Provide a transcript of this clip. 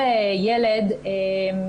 - פשוט אבסורד.